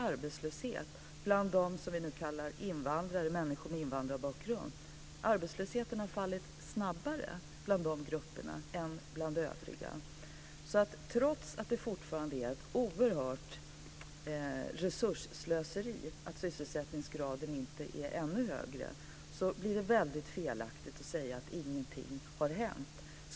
Arbetslösheten bland dem som vi nu kallar invandrare, människor med invandrarbakgrund, har fallit snabbare än bland övriga grupper. Trots att det fortfarande är ett oerhört resursslöseri att sysselsättningsgraden inte är ännu högre, blir det väldigt felaktigt att säga att ingenting har hänt.